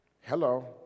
Hello